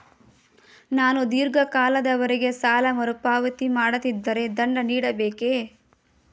ನಾನು ಧೀರ್ಘ ಕಾಲದವರೆ ಸಾಲ ಮರುಪಾವತಿ ಮಾಡದಿದ್ದರೆ ದಂಡ ನೀಡಬೇಕೇ?